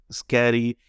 scary